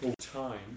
time